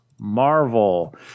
Marvel